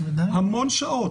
המון שעות